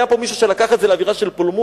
היה פה מישהו שלקח את זה לאווירה של פולמוס,